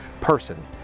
person